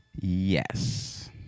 Yes